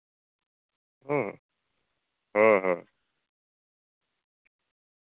ᱦᱮᱸ ᱦᱮᱸ ᱦᱮᱸ